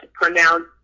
pronounce